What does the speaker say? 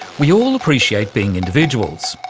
we all appreciate being individuals.